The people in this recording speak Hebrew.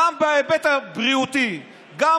גם בהיבט הבריאותי, גם